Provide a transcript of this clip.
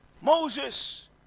Moses